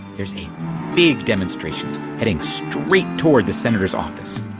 there is a big demonstration heading straight towards the senator's office!